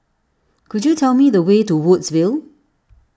could you tell me the way to Woodsville